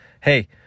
Hey